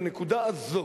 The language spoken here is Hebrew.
בנקודה הזו,